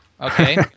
Okay